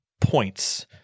points